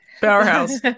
Powerhouse